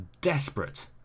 desperate